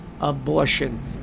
abortion